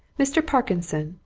mr. parkinson,